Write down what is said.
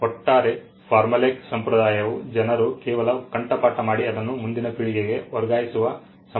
ಒಟ್ಟಾರೆ ಫಾರ್ಮುಲಾಯ್ಕ್ ಸಂಪ್ರದಾಯವು ಜನರು ಕೇವಲ ಕಂಠಪಾಠ ಮಾಡಿ ಅದನ್ನು ಮುಂದಿನ ಪೀಳಿಗೆಗೆ ವರ್ಗಾಯಿಸುವ ಸಂಪ್ರದಾಯವಾಗಿತ್ತು